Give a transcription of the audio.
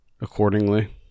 accordingly